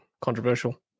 controversial